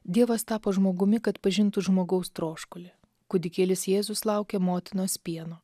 dievas tapo žmogumi kad pažintų žmogaus troškulį kūdikėlis jėzus laukė motinos pieno